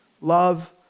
Love